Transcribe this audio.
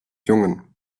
jungen